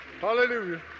Hallelujah